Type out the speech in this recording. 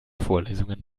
vorlesungen